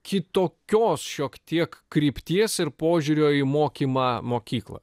kitokios šiek tiek krypties ir požiūrio į mokymą mokyklą